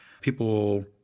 people